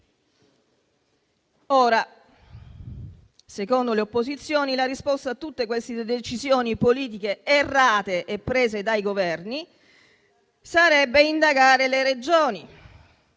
Ora, secondo le opposizioni, la risposta a tutte queste decisioni politiche errate e prese dai Governi sarebbe indagare le Regioni.